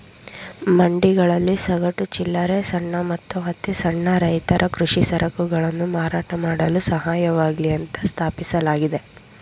ಮಂಡಿಗಳಲ್ಲಿ ಸಗಟು, ಚಿಲ್ಲರೆ ಸಣ್ಣ ಮತ್ತು ಅತಿಸಣ್ಣ ರೈತರ ಕೃಷಿ ಸರಕುಗಳನ್ನು ಮಾರಾಟ ಮಾಡಲು ಸಹಾಯವಾಗ್ಲಿ ಅಂತ ಸ್ಥಾಪಿಸಲಾಗಿದೆ